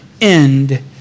end